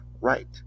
right